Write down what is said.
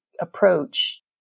approach